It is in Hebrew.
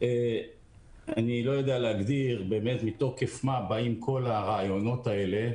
אני לא יודע להגדיר מתוקף מה באים כל הרעיונות האלה,